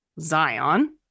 Zion